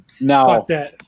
Now